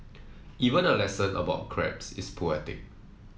even a lesson about crabs is poetic